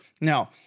Now